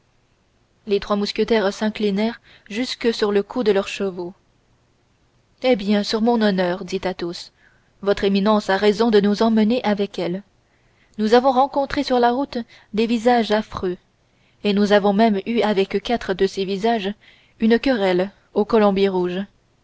les trois mousquetaires s'inclinèrent jusque sur le cou de leurs chevaux eh bien sur mon honneur dit athos votre éminence a raison de nous emmener avec elle nous avons rencontré sur la route des visages affreux et nous avons même eu avec quatre de ces visages une querelle au colombier rouge